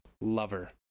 lover